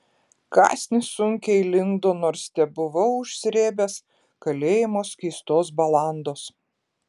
kąsnis sunkiai lindo nors tebuvau užsrėbęs kalėjimo skystos balandos